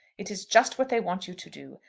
it is just what they want you to do.